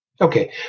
Okay